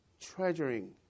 treasuring